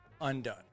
undone